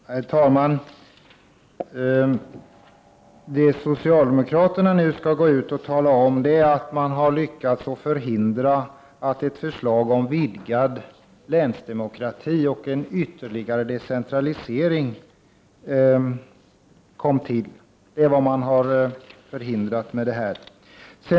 Herr talman! Vad socialdemokraterna nu skall gå ut och tala om är att de har lyckats hindra ett förslag om vidgad länsdemokrati och en ytterligare , decentralisering från att godkännas. Detta är vad socialdemokraterna för ' hindrat genom sitt agerande.